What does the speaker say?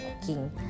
cooking